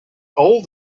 old